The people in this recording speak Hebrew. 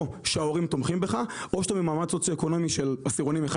שההורים תומכים בך או שאתה במעמד סוציואקונומי של עשירונים 1,